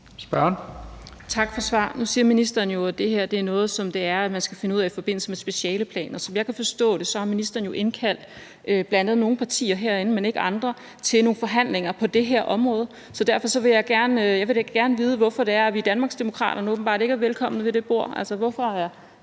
(DD): Tak for svar. Nu siger ministeren jo, at det her er noget, som man skal finde ud af i forbindelse med specialeplaner. Som jeg kan forstå det, har ministeren indkaldt bl.a. nogle partier herinde, men ikke andre, til nogle forhandlinger på det her område. Derfor vil jeg gerne vide, hvorfor vi i Danmarksdemokraterne åbenbart ikke er velkomne ved det bord. Hvorfor